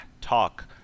talk